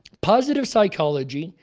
positive psychology,